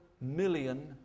million